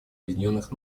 объединенных